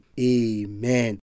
Amen